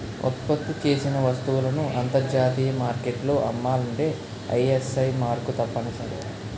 ఉత్పత్తి చేసిన వస్తువులను అంతర్జాతీయ మార్కెట్లో అమ్మాలంటే ఐఎస్ఐ మార్కు తప్పనిసరి